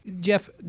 Jeff